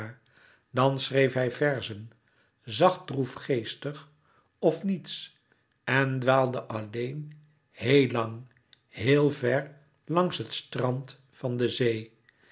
dan schreef hij verzen zacht droefgeestig of niets en dwaalde alleen heel lang heel ver langs het strand van de zee